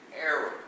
error